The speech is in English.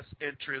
interest